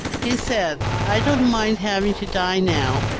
he said, i don't mind having to die now